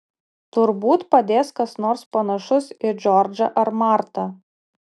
turbūt padės kas nors panašus į džordžą ar martą